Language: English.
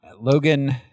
Logan